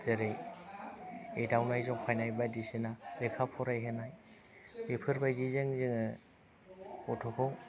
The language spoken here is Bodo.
जेरै एदावनाय जंखायनाय बायदिसिना लेखा फरायहोनाय बेफोरबायदिजों जोङो गथ'खौ